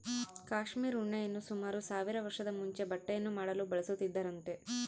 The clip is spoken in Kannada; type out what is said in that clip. ಕ್ಯಾಶ್ಮೀರ್ ಉಣ್ಣೆಯನ್ನು ಸುಮಾರು ಸಾವಿರ ವರ್ಷದ ಮುಂಚೆ ಬಟ್ಟೆಯನ್ನು ಮಾಡಲು ಬಳಸುತ್ತಿದ್ದರಂತೆ